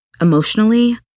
emotionally